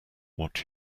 what